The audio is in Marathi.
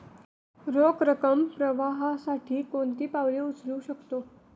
रोख रकम प्रवाहासाठी कोणती पावले उचलू शकतो?